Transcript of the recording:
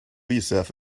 yourself